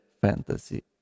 fantasy